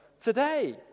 today